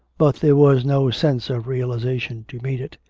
but there was no sense of realisation to meet it.